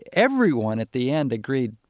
everyone at the end agreed,